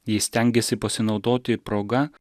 ji stengėsi pasinaudoti proga